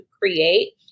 create